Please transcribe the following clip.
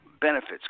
benefits